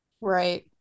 Right